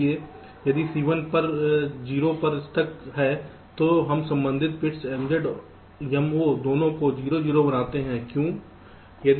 इसलिए यदि Cl पर 0 फॉल्ट पर स्टक है तो हम संबंधित बिट्स MZ Mo दोनों को 0 0 बनाते हैं क्यों